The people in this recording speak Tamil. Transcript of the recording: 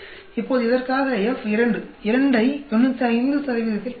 இப்போது இதற்காக F 2 2 ஐ 95இல் பெறுகிறோம்